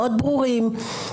מאוד ברורים.